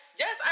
yes